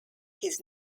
his